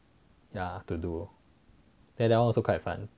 ya to do then that [one] also quite fun